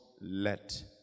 let